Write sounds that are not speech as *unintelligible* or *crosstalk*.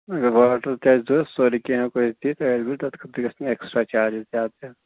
اگر واٹر تہِ آسہِ ضروٗرت سورُے کیٚنٛہہ ہٮ۪کِو أسۍ دِتھ *unintelligible* تَتھ خٲطرٕ گژھان ایٚکٕسٹرا چارج زیادٕ زیادٕ